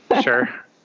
Sure